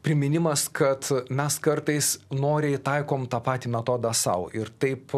priminimas kad mes kartais noriai taikom tą patį metodą sau ir taip